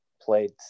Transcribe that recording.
played